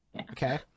okay